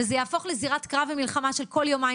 וזה יהפוך לזירת קרב ומלחמה של כל יומיים,